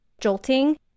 jolting